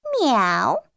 Meow